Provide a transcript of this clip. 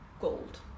gold